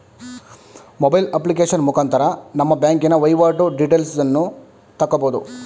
mobile application ಮುಖಾಂತರ ನಮ್ಮ ಬ್ಯಾಂಕಿನ ವೈವಾಟು ಡೀಟೇಲ್ಸನ್ನು ತಕ್ಕಬೋದು